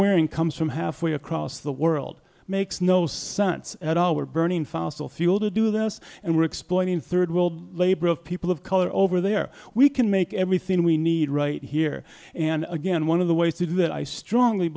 wearing comes from halfway across the world makes no sense at all we're burning fossil fuel to do this and we're exploiting third world labor of people of color over there we can make everything we need right here and again one of the ways to do that i strongly